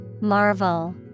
Marvel